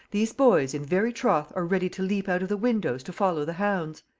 these boys, in very troth, are ready to leap out of the windows to follow the hounds!